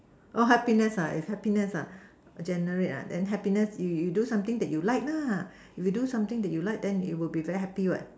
oh happiness if happiness generate then happiness you you do something you that you like lah if you do something that you like then very happy what